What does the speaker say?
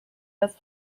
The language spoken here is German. das